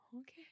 okay